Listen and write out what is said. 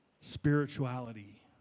spirituality